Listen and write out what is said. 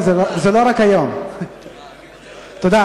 תודה,